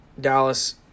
Dallas